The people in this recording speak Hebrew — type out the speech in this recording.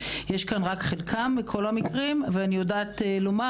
יש רק חלק מכל המקרים ואני יודעת לומר